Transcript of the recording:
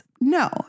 No